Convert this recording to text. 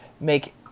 make